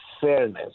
fairness